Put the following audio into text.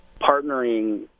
partnering